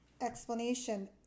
explanation